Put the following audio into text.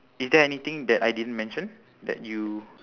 is there anything that I didn't mention that you